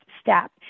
step